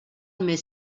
més